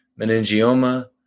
meningioma